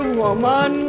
woman